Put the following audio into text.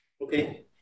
Okay